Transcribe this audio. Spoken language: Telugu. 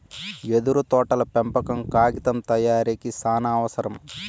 యెదురు తోటల పెంపకం కాగితం తయారీకి సానావసరం